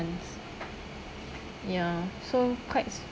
ya so quite